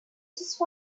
just